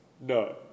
No